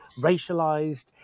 racialized